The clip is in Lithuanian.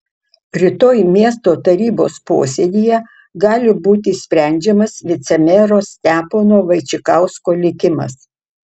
rytoj miesto tarybos posėdyje gali būti sprendžiamas vicemero stepono vaičikausko likimas